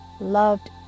loved